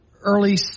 early